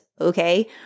Okay